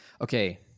Okay